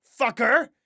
fucker